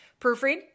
proofread